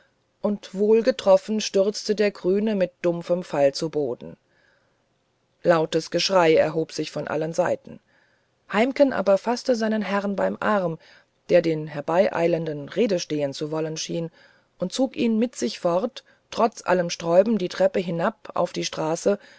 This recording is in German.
und wohlgetroffen stürzte der grüne mit dumpfem falle zu boden lautes geschrei erhob sich von allen seiten heimken aber faßte seinen herrn beim arm der den herbeieilenden rede stehen zu wollen schien und zog ihn mit sich fort trotz allem sträuben die treppen hinab auf die straße